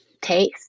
taste